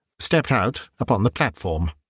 stepped out upon the platform.